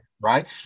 right